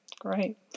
Great